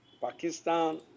Pakistan